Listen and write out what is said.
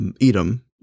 Edom